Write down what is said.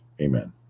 Amen